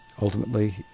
ultimately